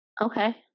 Okay